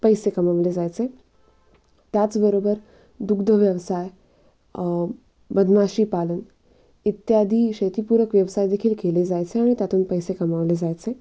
पैसे कमावले जायचे त्याचबरोबर दुग्धव्यवसाय मधमाशीपालन इत्यादी शेतीपूरक व्यवसायदेखील केले जायचे आणि त्यातून पैसे कमावले जायचे